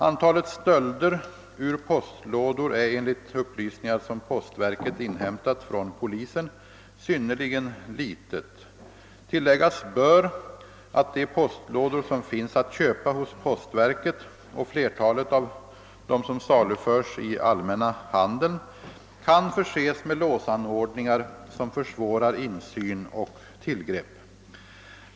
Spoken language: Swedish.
Antalet stölder ur postlådor är enligt upplysningar, som postverket inhämtat från polisen, synnerligen litet. Tilläggas bör att de postlådor som finns att köpa hos postverket och flertalet av dem som saluförs i allmänna handeln kan förses med låsanordningar som försvårar insyn och tillgrepp.